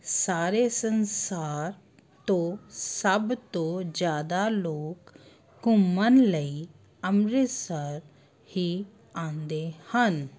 ਸਾਰੇ ਸੰਸਾਰ ਤੋਂ ਸਭ ਤੋਂ ਜ਼ਿਆਦਾ ਲੋਕ ਘੁੰਮਣ ਲਈ ਅੰਮ੍ਰਿਤਸਰ ਹੀ ਆਉਂਦੇ ਹਨ